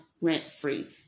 rent-free